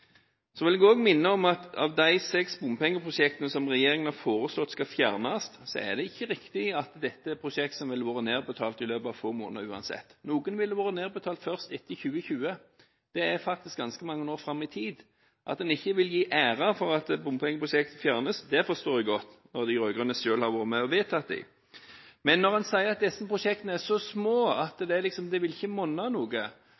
vil også minne om at når det gjelder de seks bompengeprosjektene som regjeringen har foreslått skal fjernes, er det ikke riktig at dette er prosjekter som uansett ville vært nedbetalt i løpet av få måneder. Noen ville vært nedbetalt først etter 2020. Det er ganske mange år fram i tid. At en ikke vil gi en æren for at bompengeprosjekter fjernes, forstår jeg godt – når de rød-grønne selv har vært med og vedtatt dem. Men når en sier at disse prosjektene er så små at det ikke vil monne noe,